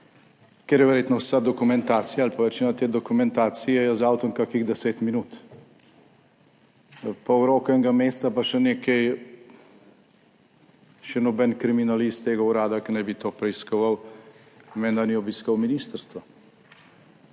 ker je verjetno vsa dokumentacija ali pa večina te dokumentacije je z avtom kakih deset minut, pa v roku enega meseca, pa še nekaj, še noben kriminalist tega urada, ki naj bi to preiskoval, menda ni obiskal ministrstva.